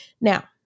Now